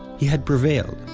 he had prevailed.